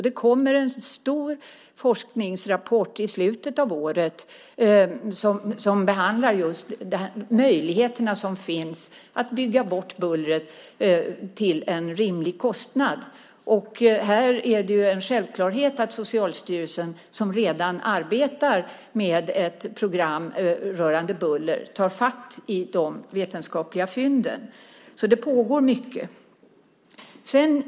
Det kommer en stor forskningsrapport i slutet av året som behandlar de möjligheter som finns att bygga bort bullret till en rimlig kostnad. Här är det en självklarhet att Socialstyrelsen, som redan arbetar med ett program rörande buller, tar fatt i de vetenskapliga fynden. Det pågår alltså mycket.